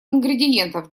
ингредиентов